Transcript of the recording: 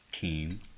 team